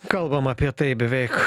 kalbam apie tai beveik